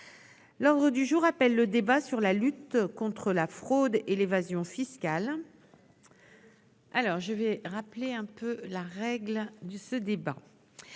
L'ordre du jour appelle le débat sur la lutte contre la fraude et l'évasion fiscale. La la. Rédaction. Alors je vais rappeler un peu la règle du ce débat.